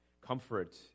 Comfort